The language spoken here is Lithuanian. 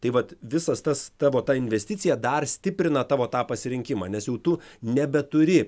tai vat visas tas tavo ta investicija dar stiprina tavo tą pasirinkimą nes jau tu nebeturi